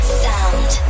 sound